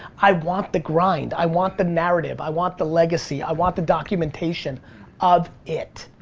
i want the grind, i want the narrative, i want the legacy, i want the documentation of it.